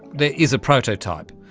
there is a prototype,